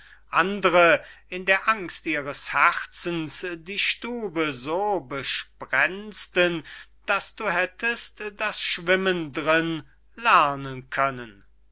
andere in der angst ihres herzens die stube so besprenzten daß du hättest das schwimmen darinnen lernen können